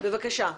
בבקשה.